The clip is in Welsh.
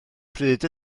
pryd